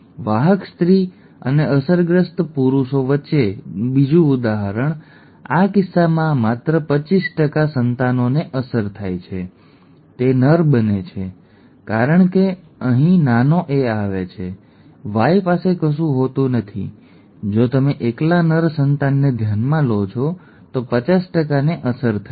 વાહક સ્ત્રી અને અસરગ્રસ્ત પુરુષ વચ્ચેનું બીજું ઉદાહરણ આ કિસ્સામાં માત્ર 25 સંતાનોને અસર થાય છે તે નર બને છે કારણ કે નાનો એ અહીં આવે છે Y પાસે કશું હોતું નથી જો તમે એકલા નર સંતાનને ધ્યાનમાં લો છો તો 50 ને અસર થાય છે